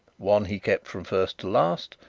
one he kept from first to last,